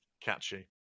catchy